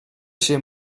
się